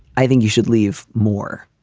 i think you should leave more.